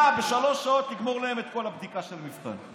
בשלוש שעות, לגמור להם את כל הבדיקה של המבחנים.